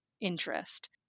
interest